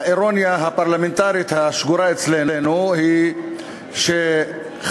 האירוניה הפרלמנטרית השגורה אצלנו היא שחברים,